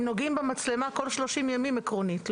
הם נוגעים במצלמה כל 30 ימים עקרונית.